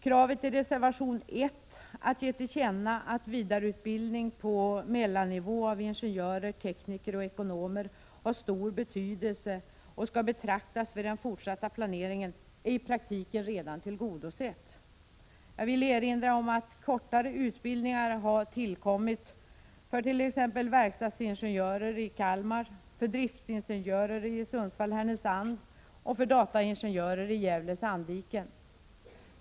Kravet i reservation 1 att riksdagen skall ge till känna att vidareutbildning på mellannivå av ingenjörer, tekniker och ekonomer har stor betydelse och skall beaktas vid den fortsatta planeringen är i praktiken redan tillgodosett. Jag vill erinra om att kortare utbildningar har tillkommit för t.ex. verkstadsingenjörer i Kalmar, för driftsingenjörer i Sundsvall Sandviken.